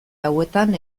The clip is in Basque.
hauetan